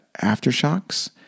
aftershocks